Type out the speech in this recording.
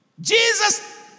Jesus